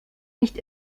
nicht